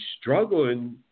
struggling